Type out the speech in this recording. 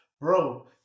Bro